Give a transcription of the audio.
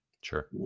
Sure